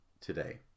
today